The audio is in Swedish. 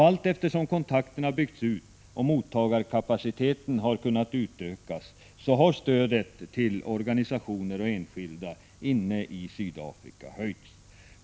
Allteftersom kontakterna har byggts ut och mottagarkapaciteten utökats har stödet till organisationer och enskilda i Sydafrika ökats.